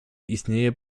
istnieje